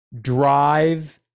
drive